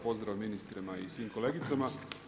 Pozdrav ministrima i svim kolegicama.